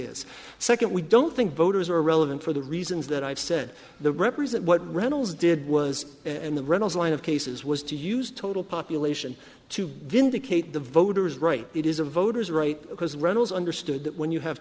is second we don't think voters are relevant for the reasons that i've said the represent what reynolds did was and the reynolds line of cases was to use total population to vindicate the voters right it is a voter's right because reynolds understood that when you have